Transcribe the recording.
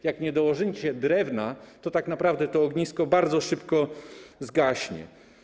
Jak nie dołożymy dzisiaj drewna, to tak naprawdę to ognisko bardzo szybko zgaśnie.